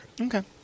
Okay